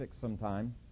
sometime